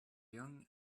young